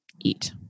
eat